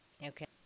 Okay